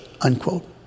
unquote